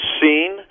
seen